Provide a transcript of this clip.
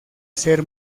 ser